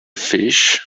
fish